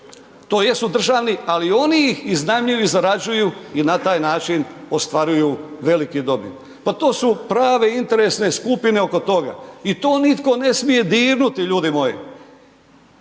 to jesu državni, ali oni ih iznajmljuju i zarađuju i na taj način ostvaruju veliku dobit. Pa to su prave interesne skupine oko toga i to nitko ne smije dirnuti, ljudi moji.